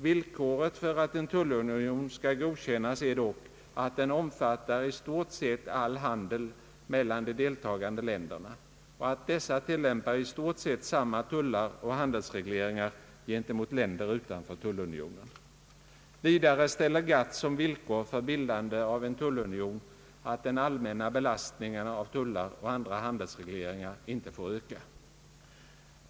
Villkoret för att en tullunion skall godkännas är dock, att den omfattar i stort sett all handel mellan de deltagande länderna och att dessa tillämpar i stort sett samma tullar och handelsregleringar gentemot länder utanför tullunionen. Vidare ställer GATT som villkor för bildande av en tullunion att den allmänna belastningen av tullar och andra handelsregleringar inte får öka.